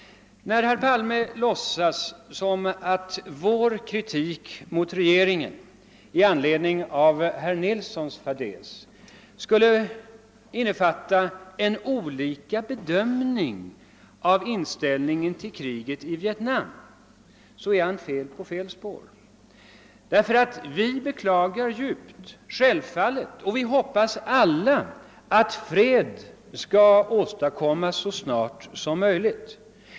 När herr Palme låtsas som om vår kritik mot regeringen i anledning av herr Nilssons fadäs skulle innefatta en skillnad i inställningen till kriget i Vietnam är han inne på fel spår. Självfallet beklagar vi djupt kriget. Vi hoppas alla att fred skall åstadkommas så snart som möjligt.